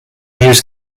news